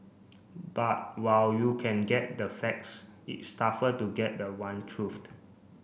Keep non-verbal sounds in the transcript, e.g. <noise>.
but while you can get the facts it's tougher to get the one <unintelligible>